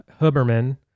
Huberman